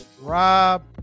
Rob